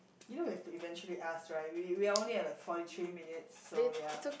you know we have to eventually ask right we we only have like forty three minutes so ya